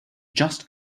just